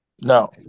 No